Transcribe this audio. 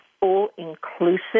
all-inclusive